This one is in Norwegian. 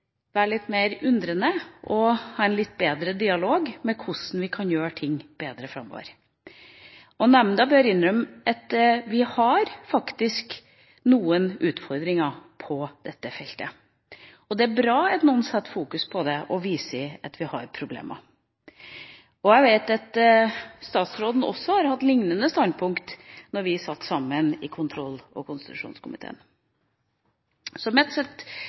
litt mer undrende og ha en litt bedre dialog om hvordan vi kan gjøre ting bedre framover. Nemnda bør innrømme at vi faktisk har noen utfordringer på dette feltet, og at det er bra at noen setter det i fokus og viser at vi har problemer. Jeg vet at statsråden også har hatt lignende standpunkter da vi satt sammen i kontroll- og konstitusjonskomiteen.